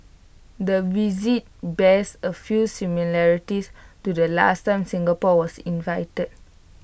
the visit bears A few similarities to the last time Singapore was invited